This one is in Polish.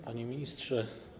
Panie Ministrze!